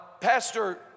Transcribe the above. Pastor